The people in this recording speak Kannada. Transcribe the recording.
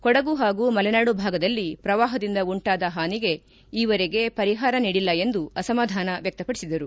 ಕೊಡಗು ಪಾಗೂ ಮಲೆನಾಡು ಭಾಗದಲ್ಲಿ ಪ್ರವಾಪದಿಂದ ಉಂಟಾದ ಪಾನಿಗೆ ಈವರೆಗೆ ಪರಿಪಾರ ನೀಡಿಲ್ಲ ಎಂದು ಅಸಮಾಧಾನ ವ್ಯಕ್ತಪಡಿಸಿದರು